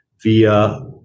via